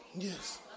Yes